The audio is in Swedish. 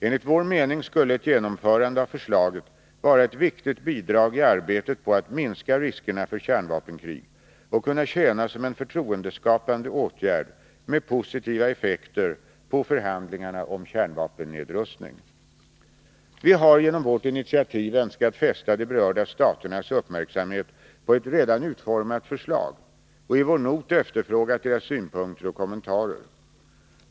Enligt vår mening skulle ett genomförande av förslaget vara ett viktigt bidrag i arbetet på att minska riskerna för kärnvapenkrig och kunna tjäna som en förtroendeskapande åtgärd med positiva effekter på förhandlingarna om kärnvapennedrustning. Vi har genom vårt initiativ önskat fästa de berörda staternas uppmärksamhet på ett redan utformat förslag och i vår not efterfrågat deras synpunkter och kommentarer.